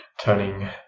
turning